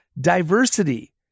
diversity